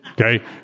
okay